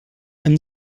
hem